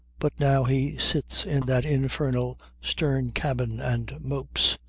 but now he sits in that infernal stern cabin and mopes.